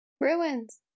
Ruins